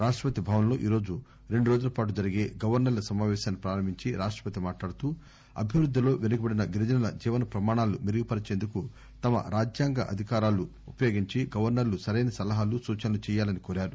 రాష్టపతి భవన్ లో ఈరోజు రెండు రోజులపాటు జరిగే గవర్సర్ల సమాపేశాన్సి ప్రారంభించి రాష్టపతి మాట్లాడుతూ అభివ్రుద్దిలో పెనుకబడిన గిరిజనుల జీవన ప్రమాణాలు మెరుగుపరిచేందుకు తమ రాజ్యాంగ అధికారాలు ఉపయోగించి గవర్సర్ లు సరైన సలహాలు సూచనలు చేయాలని కోరారు